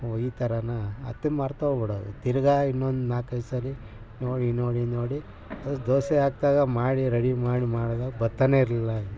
ಓ ಈ ಥರನಾ ಮತ್ತು ಮರೆತೋಗ್ಬಿಡೋದು ತಿರುಗಾ ಇನ್ನೊಂದು ನಾಲ್ಕೈದು ಸರಿ ನೋಡಿ ನೋಡಿ ನೋಡಿ ಅದು ದೋಸೆ ಹಾಕ್ದಾಗ ಮಾಡಿ ರೆಡಿ ಮಾಡಿ ಮಾಡ್ದಾಗ ಬರ್ತನೇ ಇರ್ಲಿಲ್ಲ